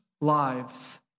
lives